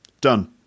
done